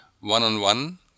one-on-one